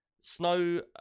Snow